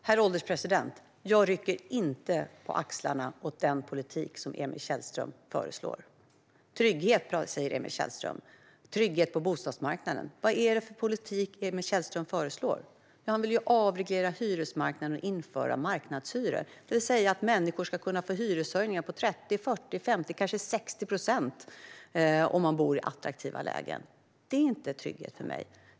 Herr ålderspresident! Jag rycker inte på axlarna åt den politik som Emil Källström föreslår. Trygghet på bostadsmarknaden talar Emil Källström om. Vilken politik föreslår han? Jo, han vill avreglera hyresmarknaden och införa marknadshyror. Människor kan alltså få hyreshöjningar på 30, 40, 50 eller kanske 60 procent om de bor i attraktiva lägen. Det är inte trygghet för mig.